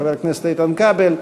חבר הכנסת איתן כבל,